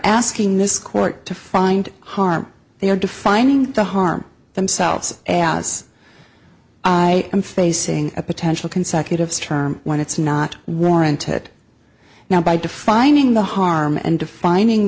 asking this court to find harm they are defining the harm themselves as i am facing a potential consecutive term when it's not warranted now by defining the harm and defining